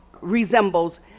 resembles